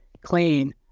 clean